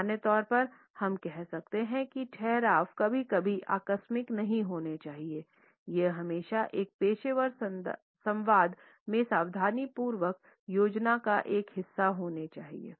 सामान्य तौर पर हम कह सकते हैं कि ठहराव कभी भी आकस्मिक नहीं होना चाहिए यह हमेशा एक पेशेवर संवाद में सावधानीपूर्वक योजना का हिस्सा होना चाहिए